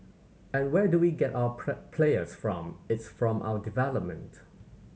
and where do we get our players from it's from our development